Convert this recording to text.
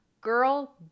Girl